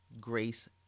grace